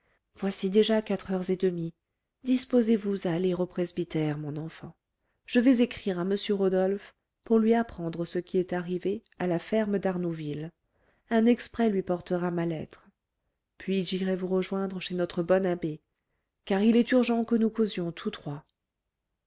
voici déjà quatre heures et demie disposez vous à aller au presbytère mon enfant je vais écrire à m rodolphe pour lui apprendre ce qui est arrivé à la ferme d'arnouville un exprès lui portera ma lettre puis j'irai vous rejoindre chez notre bon abbé car il est urgent que nous causions tous trois